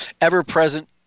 ever-present